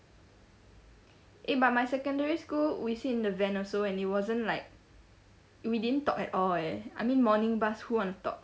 eh but my secondary school we sit in the van also and it wasn't like we didn't talk at all eh I mean morning bus who want talk